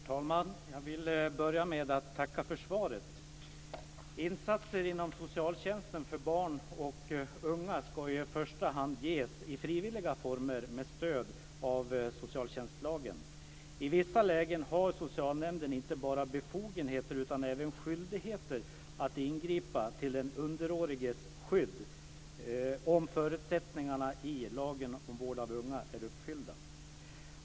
Herr talman! Jag vill börja med att tacka för svaret. Insatser inom socialtjänsten för barn och unga ska i första hand ges i frivilliga former med stöd av socialtjänstlagen. I vissa lägen har socialnämnden inte bara befogenheter utan även skyldigheter att ingripa till den underåriges skydd om förutsättningarna i lagen om vård av unga är uppfyllda.